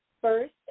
first